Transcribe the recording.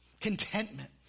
Contentment